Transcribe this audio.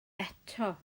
eto